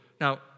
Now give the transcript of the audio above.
Now